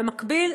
במקביל,